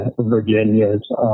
Virginia's